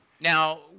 Now